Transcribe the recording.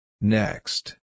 Next